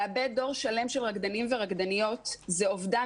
לאבד דור שלם של רקדנים ורקדניות זה אובדן